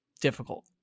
difficult